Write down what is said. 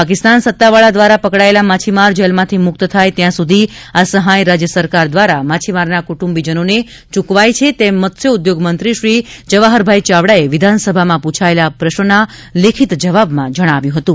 પાકિસ્તાન સત્તાવાળા દ્વારા પકડાયેલા માછીમાર જેલમાંથી મુક્ત થાય ત્યાં સુધી આ સહાય રાજ્ય સરકાર દ્વારા માછીમારના કુટુંબીજનોને ચૂકવાય છે તેમ મત્સ્યઉઘોગમંત્રીશ્રી જવાહરભાઇ ચાવડાએ વિધાનસભામાં પૂછાયેલા પ્રશ્નના લેખિત જવાબમાં જણાવ્યું હતું